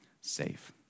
safe